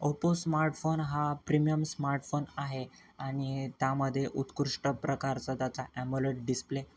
Oppo smartphone हा premium smartphone आहे आणि त्यामध्ये उत्कृष्ट प्रकारचा त्याचा ॲमोलेड डिस्प्ले